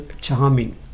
charming